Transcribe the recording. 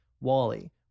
Wally